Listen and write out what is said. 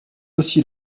aussi